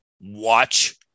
watch